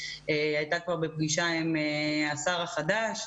הייתה כבר בפגישה עם השר החדש.